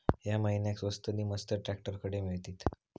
या महिन्याक स्वस्त नी मस्त ट्रॅक्टर खडे मिळतीत?